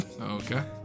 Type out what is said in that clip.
Okay